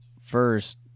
first